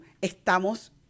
Estamos